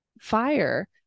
fire